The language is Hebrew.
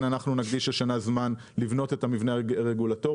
אנחנו נקדיש השנה זמן לבנות את המבנה הרגולטורי.